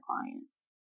clients